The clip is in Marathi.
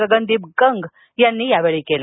गगनदीप कंग यांनी केलं